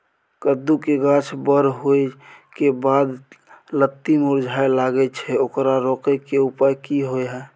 कद्दू के गाछ बर होय के बाद लत्ती मुरझाय लागे छै ओकरा रोके के उपाय कि होय है?